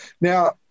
Now